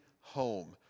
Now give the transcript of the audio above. home